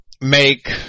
make